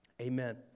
Amen